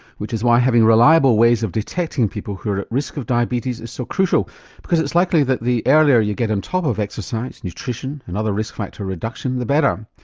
which is why having reliable ways of detecting people who are at risk of diabetes is so crucial because it's likely that the earlier you get on top of exercise, nutrition and other risk factor reduction, the better.